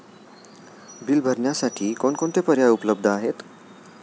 Bill भरण्यासाठी कोणकोणते पर्याय उपलब्ध आहेत?